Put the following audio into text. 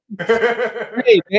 Hey